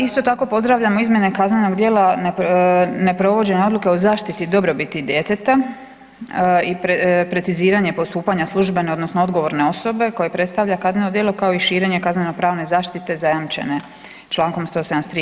Isto tako pozdravljamo izmjene kaznenog djela neprovođenja odluke o zaštiti dobrobiti djeteta i preciziranje postupanja službene odnosno odgovorne osobe koje predstavlja kazneno djelo kao i širenje kaznenopravne zaštite zajamčene čl. 173.